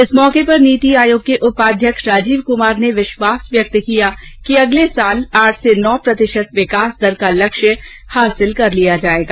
इस अवसर पर नीति आयोग के उपाध्यक्ष राजीवकुमार ने विश्वास व्यक्त किया कि अगले वर्ष आठ से नौ प्रतिशत विकास दर का लक्ष्य प्राप्त कर लिया जायेगा